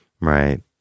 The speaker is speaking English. Right